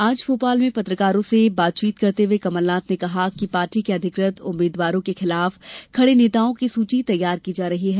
आज भोपाल में पत्रकारों से बात करते हुए कमलनाथ ने कहा कि पार्टी के अधिकृत उम्मीदवारों के खिलाफ खड़े नेताओं की सूची तैया की जा रही है